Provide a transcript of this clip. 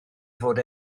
fod